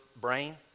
brain